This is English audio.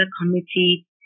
Committee